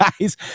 guys